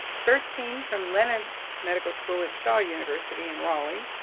thirteen from leonard medical school at shaw university in raleigh,